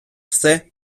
все